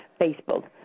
Facebook